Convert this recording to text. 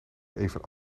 even